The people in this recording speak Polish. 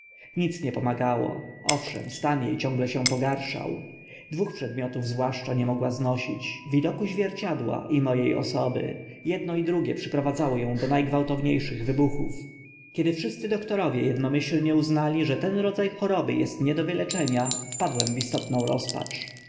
nic nie pomagało owszem stan e ciągle się pogarszał dwóch przedmiotów zwłaszcza nie mogła znosić widoku zwierciadła i mo e osoby edno i drugie przyprowadzało ą do na gwałtownie szych wybuchów kiedy wszyscy doktorowie ednomyślnie uznali że ten rodza choroby est nie do wyleczenia wpadłem w istotną rozpacz